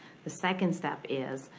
the second step is,